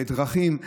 ודרכים.